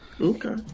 Okay